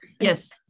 Yes